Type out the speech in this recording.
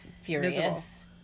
furious